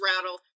Rattle